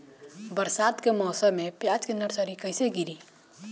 बरसात के मौसम में प्याज के नर्सरी कैसे गिरी?